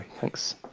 thanks